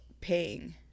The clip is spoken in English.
paying